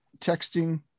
texting